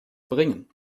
bringen